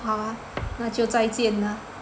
好那就再见呢